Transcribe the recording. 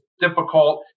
difficult